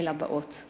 אל הבאות.